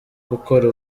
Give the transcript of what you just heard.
gukora